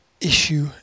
Issue